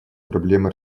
проблемы